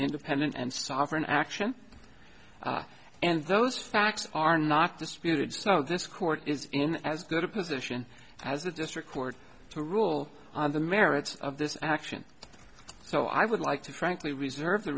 independent and sovereign action and those facts are not disputed so this court is in as good a position as a district court to rule on the merits of this action so i would like to frankly reserve the